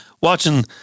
watching